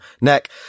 neck